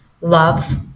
Love